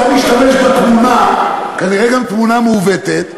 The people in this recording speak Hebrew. אתה משתמש בתמונה, כנראה גם תמונה מעוותת,